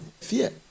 fear